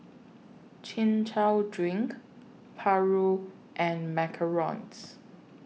Chin Chow Drink Paru and Macarons